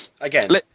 again